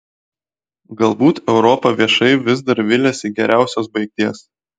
galbūt europa viešai vis dar viliasi geriausios baigties